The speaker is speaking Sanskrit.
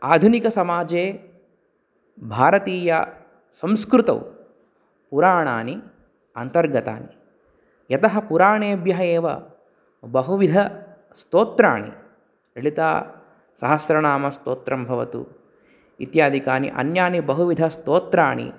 आधुनिकसमाजे भारतीयसंस्कृतौ पुराणानि अन्तर्गतानि यतः पुराणेभ्यः एव बहुविधस्तोत्राणि ललितासहस्रनामस्तोत्रं भवतु इत्यादिकानि अन्यानि बहुविधस्तोत्राणि